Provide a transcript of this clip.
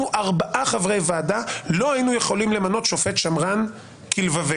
ארבעה חברי ועדה לא היינו יכולים למנות שופט שמרן כלבבנו.